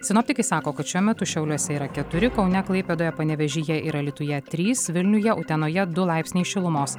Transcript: sinoptikai sako kad šiuo metu šiauliuose yra keturi kaune klaipėdoje panevėžyje ir alytuje trys vilniuje utenoje du laipsniai šilumos